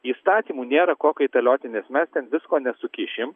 įstatymų nėra ko kaitalioti nes mes ten visko nesukišim